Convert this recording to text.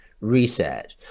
reset